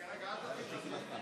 רגע, אל תפעיל את הזמן.